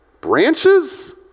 branches